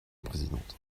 présidente